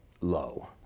low